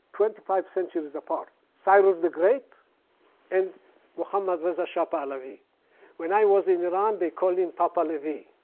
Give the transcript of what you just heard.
twenty five centuries apart, cyrus the great and mohammad reza shah pahlavi when i was in iran, they called him papa lavi,